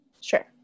Sure